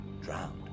drowned